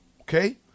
okay